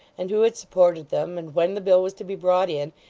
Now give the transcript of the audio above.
and who had supported them, and when the bill was to be brought in,